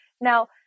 Now